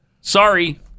sorry